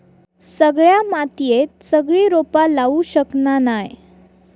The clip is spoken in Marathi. सगळ्या मातीयेत सगळी रोपा लावू शकना नाय